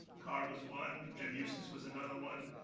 carr was one, jim eustice was another one.